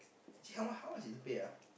actually how much how much is the pay ah